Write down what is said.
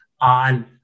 on